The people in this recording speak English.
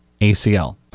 ACL